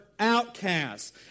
Outcasts